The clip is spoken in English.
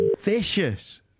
vicious